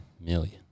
million